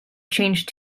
changed